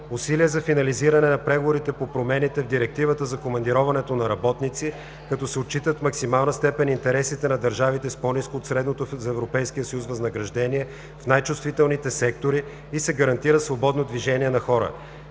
усилия за финализиране на преговорите по промените в Директивата за командироването на работници, като се отчитат в максимална степен интересите на държавите с по-ниско от средното за Европейския съюз възнаграждение в най-чувствителните сектори и се гарантира свободното движение на хора;